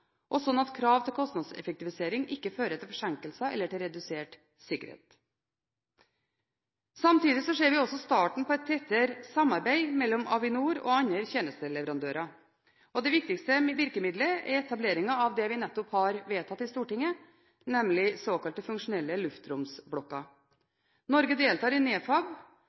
og sånn at krav til kostnadseffektivisering ikke fører til forsinkelser eller redusert sikkerhet. Samtidig ser vi starten på et tettere samarbeid mellom Avinor og andre tjenesteleverandører. Det viktigste virkemidlet er etableringen av det vi nettopp har vedtatt i Stortinget, nemlig såkalte funksjonelle luftromsblokker. Norge deltar i NEFAB,